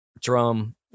drum